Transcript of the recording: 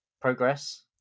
progress